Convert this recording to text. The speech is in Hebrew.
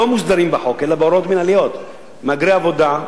לא מוסדרים בחוק אלא בהוראות מינהליות: מהגרי עבודה,